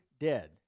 dead